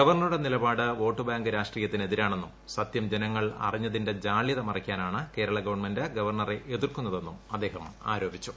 ഗവർണറുടെ നിലപാട് vote bank രാഷ്ട്രീയത്തിന് എതിരാണെന്നും സത്യം ജനങ്ങൾ അറിഞ്ഞതിന്റെ ജാള്യത മറയ്ക്കാനാണ് കേരള ഗവൺമെന്റ് ഗവർണ്ണറെ എതിർക്കുന്നതെന്നും അദ്ദേഹം ആരോപിച്ചു